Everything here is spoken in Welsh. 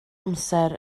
amser